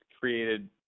created